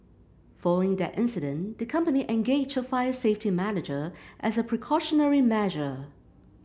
following that incident the company engaged a fire safety manager as a precautionary measure